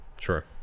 Sure